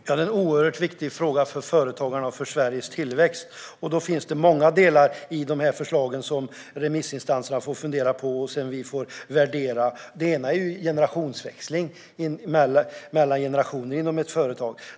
Herr talman! Detta är en oerhört viktig fråga för företagarna och för Sveriges tillväxt. Det finns många delar i förslagen som remissinstanserna får fundera på och som vi sedan får utvärdera. Det ena är generationsväxlingen inom ett företag.